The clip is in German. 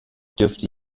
dürfte